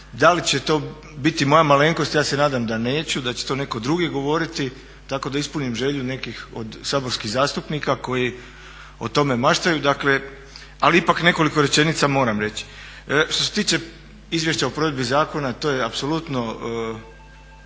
Da li će to biti moja malenkost, ja se nadam da neće, da će to netko drugi govoriti tako da ispunim želju nekih od saborskih zastupnika koji o tome maštaju. Dakle, ali ipak nekoliko rečenica moram reći. Što se tiče Izvješća o provedbi zakona to je apsolutno